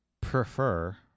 prefer